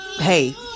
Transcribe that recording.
hey